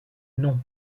non